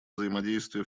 взаимодействие